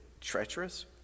Treacherous